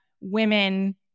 women